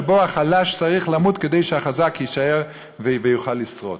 שבו החלש צריך למות כדי שהחזק יישאר ויוכל לשרוד.